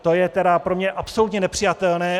To je tedy pro mě absolutně nepřijatelné.